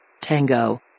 Tango